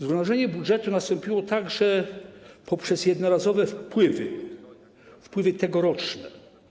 Zrównoważenie budżetu nastąpiło także poprzez jednorazowe wpływy, wpływy tegoroczne.